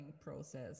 process